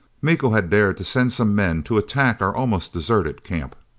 miko had dared to send some men to attack our almost deserted camp!